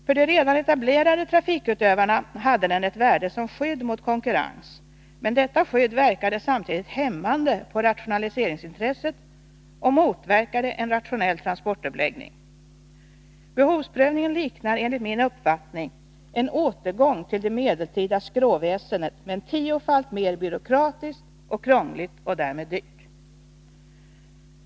För de redan etablerade trafikutövarna hade den ett värde såsom skydd mot konkurrens, men detta skydd verkade samtidigt hämmande på rationaliseringsintresset och motverkade en rationell transportuppläggning. Behovsprövningen liknar enligt min uppfattning en återgång till det medeltida skråväsendet men är tiofalt mer byråkratisk och krånglig och därmed dyr.